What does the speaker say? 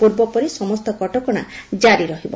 ପୂର୍ବପରି ସମସ୍ତ କଟକଶା ଜାରୀ ରହିବ